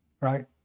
right